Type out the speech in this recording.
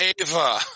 Ava